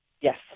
yes